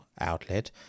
outlet